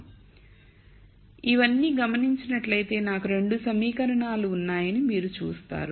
కాబట్టి ఇవన్నీ గమనించినట్లయితే నాకు 2 సమీకరణాలు ఉన్నాయని మీరు చూస్తారు